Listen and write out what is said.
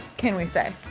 can we say?